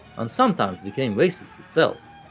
and sometimes became racist itself.